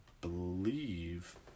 believe